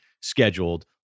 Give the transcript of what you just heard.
scheduled